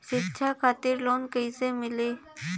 शिक्षा खातिर लोन कैसे मिली?